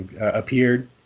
appeared